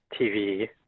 TV